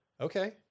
Okay